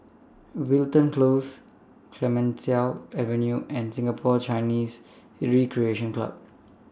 Wilton Close Clemenceau Avenue and Singapore Chinese Recreation Club